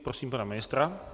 Prosím pana ministra.